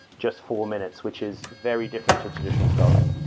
just four minutes, which is very different to traditional staffing.